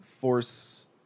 force